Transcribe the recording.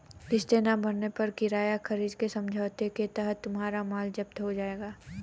किस्तें ना भरने पर किराया खरीद के समझौते के तहत तुम्हारा माल जप्त हो जाएगा